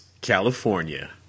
California